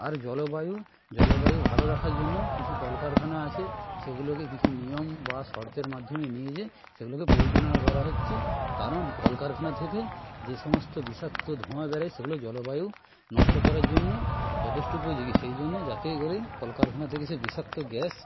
আর জলবায়ু জলবায়ু ভালো রাখার জন্য কিছু কলকারখানা আছে সেগুলোকে কিছু নিয়ম বা শর্তের মাধ্যমে নিয়ে যেয়ে সেগুলোকে পরিচালনা করা হচ্ছে কারণ কলকারখানা থেকে যে সমস্ত বিষাক্ত ধোঁয়া বেরোয় সেগুলো জলবায়ু নষ্ট করার জন্য যথেষ্ট উপযোগী সেই জন্য যাতে করে কলকারখানা থেকে সে বিষাক্ত গ্যাস